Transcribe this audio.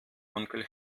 onkel